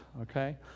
okay